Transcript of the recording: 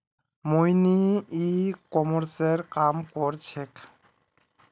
मोहिनी ई कॉमर्सेर काम कर छेक्